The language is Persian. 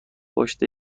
پشت